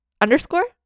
underscore